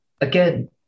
again